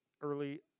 early